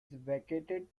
vacated